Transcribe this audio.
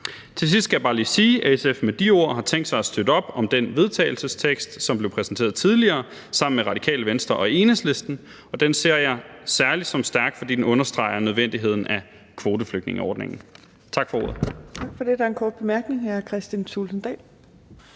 Til sidst skal jeg bare lige sige, at SF med de ord har tænkt sig at støtte op om det forslag til vedtagelse, som blev præsenteret tidligere, sammen med Radikale Venstre og Enhedslisten. Det ser jeg særlig som stærkt, fordi det understreger nødvendigheden af kvoteflygtningeordningen. Tak for ordet.